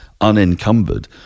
unencumbered